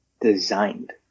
designed